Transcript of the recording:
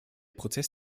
prozess